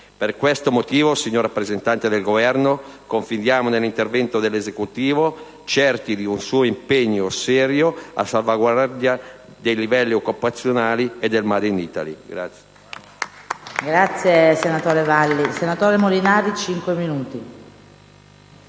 Per questo motivo, signor rappresentante del Governo, confidiamo nell'intervento dell'Esecutivo, certi di un suo impegno serio a salvaguardia dei livelli occupazionali e del *made in Italy*.